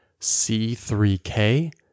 C3K